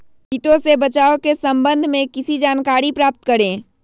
किटो से बचाव के सम्वन्ध में किसी जानकारी प्राप्त करें?